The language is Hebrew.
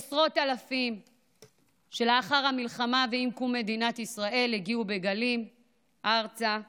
עשרות אלפים לאחר המלחמה ועם קום מדינת ישראל הגיעו ארצה בגלים,